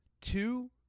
two